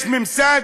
יש ממסד,